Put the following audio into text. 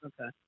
Okay